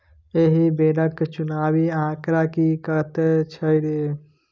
एहि बेरक चुनावी आंकड़ा की कहैत छौ रे